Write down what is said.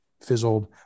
fizzled